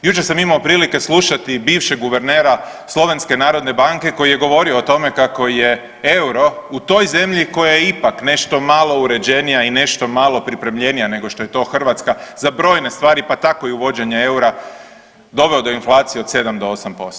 Jučer sam imamo prilike slušati bivšeg guvernera Slovenske narodne banke koji je govorio o tome kako je euro u toj zemlji koja je ipak nešto malo uređenija i nešto malo pripremljenija nego što je to Hrvatska za brojne stvari, pa tako i uvođenje eura doveo do inflacije od 7 do 8%